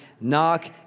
Knock